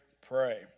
pray